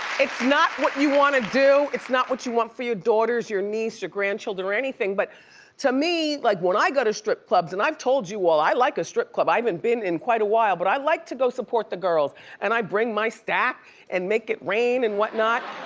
it's not what you wanna do, it's not what you want for your daughters, your niece, your grandchildren or anything but to me, like when i go to strip clubs, and i've told you all, i like a strip club. i haven't been in quite a while but i like to go support the girls and i bring my stack and make it rain and what not.